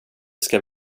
ska